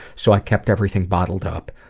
so i kept everything bottled up.